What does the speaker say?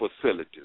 facilities